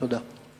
תודה.